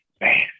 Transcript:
man